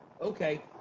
Okay